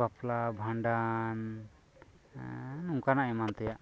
ᱵᱟᱯᱞᱟ ᱵᱷᱟᱸᱰᱟᱱ ᱱᱚᱝᱠᱟᱱᱟᱜ ᱮᱢᱟᱱ ᱛᱮᱭᱟᱜ